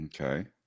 Okay